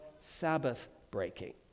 Sabbath-breaking